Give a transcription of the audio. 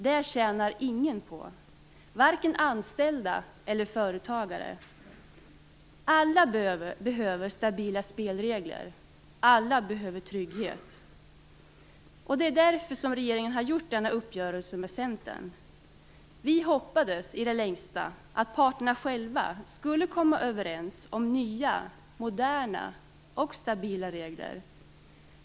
Det tjänar ingen på, varken anställda eller företagare. Alla behöver stabila spelregler. Alla behöver trygghet. Det är därför regeringen har gjort denna uppgörelse med Centern. Vi hoppades i det längsta att parterna själva skulle komma överens om nya, moderna och stabila regler.